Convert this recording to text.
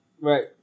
Right